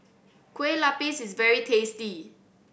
Kueh Lapis is very tasty